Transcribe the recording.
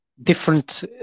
different